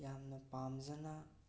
ꯌꯥꯝꯅ ꯄꯥꯝꯖꯅ